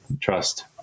trust